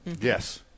Yes